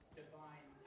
divine